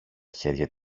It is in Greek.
χέρια